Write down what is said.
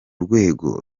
rwego